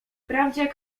wprawdzie